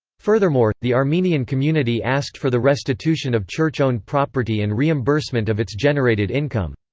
furthermore, the armenian community asked for the restitution of church owned property and reimbursement of its generated income.